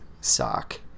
sock